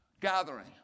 gathering